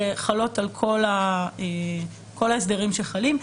שחלות על כל ההסדרים שחלים.